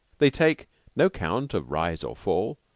they take no count of rise or fall,